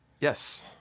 yes